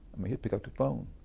i mean he'd pick up the phone.